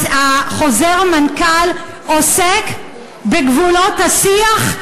חוזר מנכ"ל עוסק בגבולות השיח.